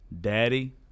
daddy